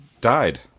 died